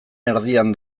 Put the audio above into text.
erdian